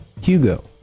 Hugo